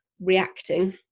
reacting